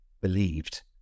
believed